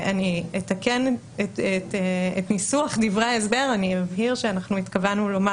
אני אתקן את ניסוח דברי ההסבר ואבהיר שאנחנו התכוונו לומר